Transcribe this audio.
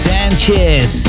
Sanchez